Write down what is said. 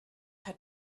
had